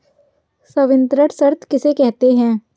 संवितरण शर्त किसे कहते हैं?